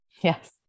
Yes